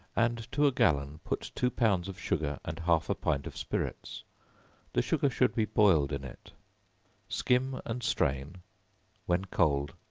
and to a gallon, put two pounds of sugar, and half a pint of spirits the sugar should be boiled in it skim and strain when cold,